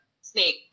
snake